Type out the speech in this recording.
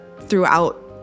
throughout